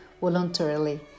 voluntarily